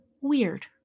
weird